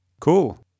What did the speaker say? Cool